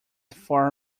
far